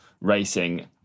racing